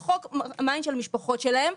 רחוק מעין המשפחות שלהם.